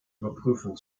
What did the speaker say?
überprüfen